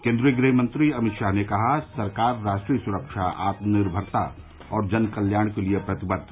केन्द्रीय गृहमंत्री अमित शाह ने कहा सरकार राष्ट्रीय सुरक्षा आत्मनिर्भरता और जन कल्याण के लिए प्रतिबद्ध